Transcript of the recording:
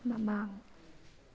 ꯃꯃꯥꯡ